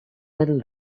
middle